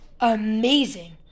amazing